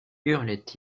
hurlait